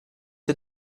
ces